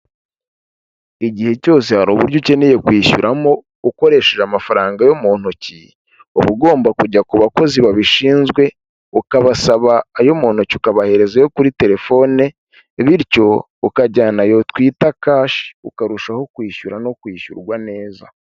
Igihe cyose hari uburyo ukeneye kwishyuramo ukoresheje amafaranga yo mu ntoki, uba ugomba kujya ku bakozi babishinzwe, ukabasaba ayo mu ntoki, ukabahereza ayo kuri telefone bityo ukajyanayo twita kashi, ukarushaho kwishyura no kwishyurwa neza.